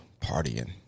partying